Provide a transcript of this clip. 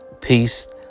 peace